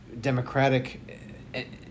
Democratic –